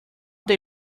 they